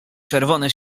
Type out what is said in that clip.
czerwone